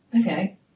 Okay